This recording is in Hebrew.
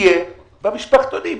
יהיה במשפחתונים.